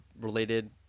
related